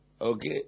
Okay